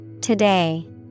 Today